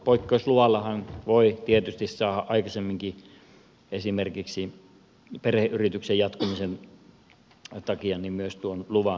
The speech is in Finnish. poikkeusluvallahan voi tietysti saada aikaisemminkin esimerkiksi perheyrityksen jatkumisen takia tuon luvan